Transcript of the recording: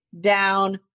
down